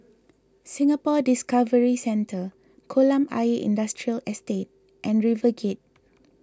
Singapore Discovery Centre Kolam Ayer Industrial Estate and RiverGate